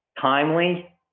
timely